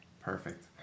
Perfect